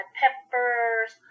peppers